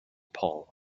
paul